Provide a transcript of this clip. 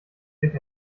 sich